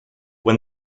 when